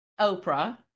Oprah